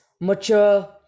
mature